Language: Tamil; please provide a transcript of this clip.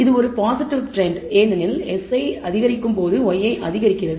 இது ஒரு பாசிட்டிவ் ட்ரெண்ட் ஏனெனில் xi அதிகரிக்கும் போது yi அதிகரிக்கிறது